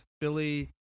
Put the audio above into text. Billy